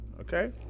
Okay